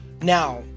Now